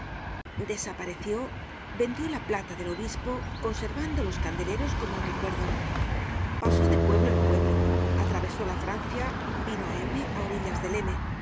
desapareció vendió la plata del obispo conservando los candeleros como un recuerdo pasó de pueblo en pueblo atravesó la francia vino á m á orillas del